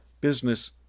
Business